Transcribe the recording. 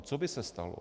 Co by se stalo?